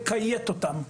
לכיית אותן,